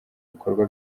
bikorwa